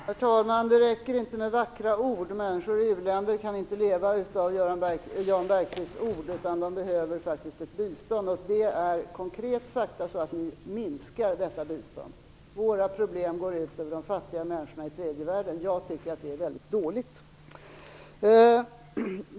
Herr talman! Det räcker inte med vackra ord. Människor i u-länder kan inte leva av Jan Bergqvists ord, de behöver faktiskt ett bistånd. Konkreta fakta är att ni minskar detta bistånd. Våra problem går ut över de fattiga människorna i tredje världen. Jag tycker att det är mycket dåligt.